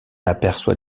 aperçoit